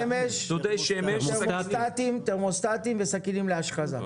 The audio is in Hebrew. דודי שמש, תרמוסטטים וסכינים להשחזה.